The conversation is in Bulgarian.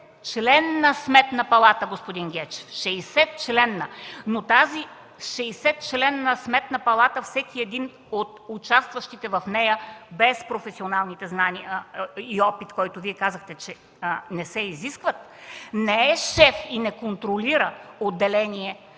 60-членна Сметна палата, господин Гечев, 60-членна! Но в тази 60-членна Сметна палата всеки един от участващите в нея без професионалните знания и опит, които Вие казахте, че не се изискват, не е шеф и не контролира отделение,